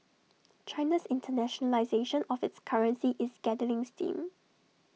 China's internationalisation of its currency is gathering steam